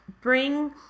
bring